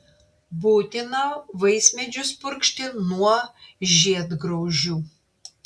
būtina vaismedžius purkšti nuo žiedgraužių